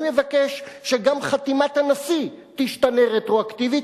אני מבקש שגם חתימת הנשיא תשתנה רטרואקטיבית,